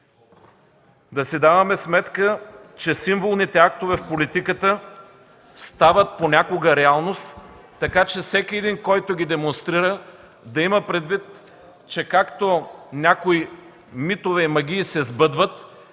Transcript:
Да си даваме сметка, че символните актове в политиката понякога стават реалност, така че всеки, който ги демонстрира, да има предвид, че както някои митове и магии се сбъдват,